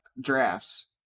Drafts